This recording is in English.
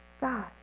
God